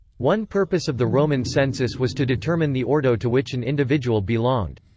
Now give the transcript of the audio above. one purpose of the roman census was to determine the ordo to which an individual belonged.